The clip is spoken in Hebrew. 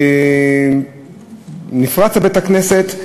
בית-הכנסת נפרץ,